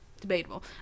debatable